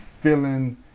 feeling